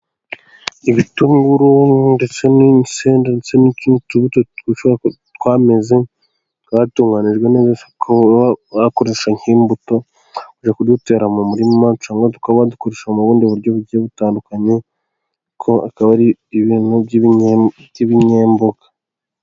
Ibitunguru ndetse n'insenda ndetse n'utundi tubuto twameze, twatunganijwe neza bakoresha nk'imbuto, bajya kudutera mu murima tukaba dukoreshwa mu bundi buryo bugiye butandukanye, ariko akaba ari ibintu by' ibinyemboga.